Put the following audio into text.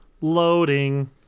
Loading